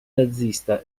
nazista